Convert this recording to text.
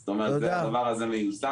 זאת אומרת הדבר הזה מיושם.